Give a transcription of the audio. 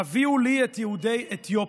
"הביאו לי את יהודי אתיופיה",